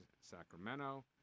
Sacramento